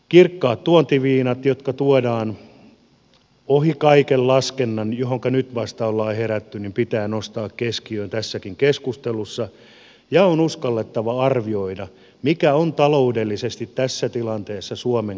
kirkkaat tuontiviinat jotka tuodaan ohi kaiken laskennan ja joihinka nyt vasta ollaan herätty pitää nostaa keskiöön tässäkin keskustelussa ja on uskallettava arvioida mikä on taloudellisesti tässä tilanteessa suomen kannalta järkevämpi ratkaisu